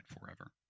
forever